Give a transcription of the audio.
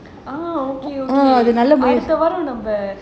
uh okay okay அடுத்த வாரம் நம்ம:adutha vaaram namma